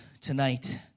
tonight